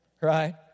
Right